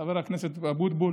חבר הכנסת אבוטבול